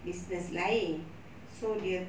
business lain so dia